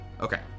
Okay